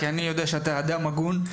כי אני יודע שאתה אדם הגון.